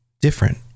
different